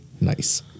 Nice